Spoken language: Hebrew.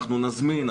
אנחנו נזמין,